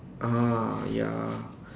ah ya